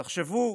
תחשבו: